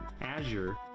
Azure